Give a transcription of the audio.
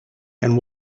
and